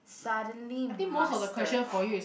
suddenly master